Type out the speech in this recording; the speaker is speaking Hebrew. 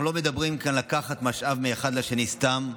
אנחנו לא מדברים כאן על לקחת משאב מהאחד לשני סתם,